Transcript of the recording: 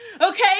okay